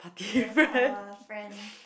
yes our friend